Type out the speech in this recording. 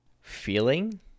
feeling